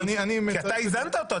כי אתה איזנת אותו,